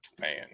Man